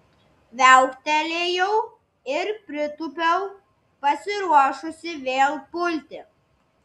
viauktelėjau ir pritūpiau pasiruošusi vėl pulti